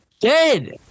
Dead